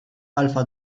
alpha